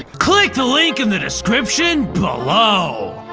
click the link in the description below!